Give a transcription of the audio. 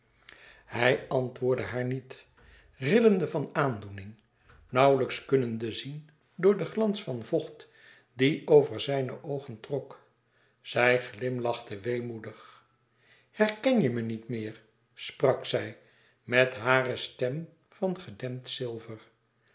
hij antwoordde haar niet rillende van aandoening nauwelijks kunnende zien door den glans van vocht die over zijne oogen trok zij glimlachte weemoedig herken je me niet meer sprak zij met hare stem van gedempt zilver